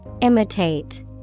Imitate